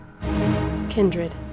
Kindred